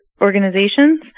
organizations